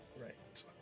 Right